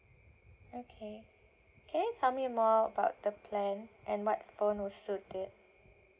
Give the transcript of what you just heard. okay can you tell me more about the plan and what phone will suit it